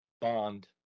Bond